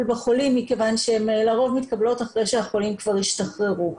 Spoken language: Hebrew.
בחולים מכיוון שהן לרוב מתקבלות אחרי שהחולים כבר השתחררו.